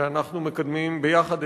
שאנחנו מקדמים ביחד,